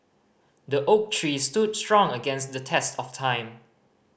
the oak tree stood strong against the test of time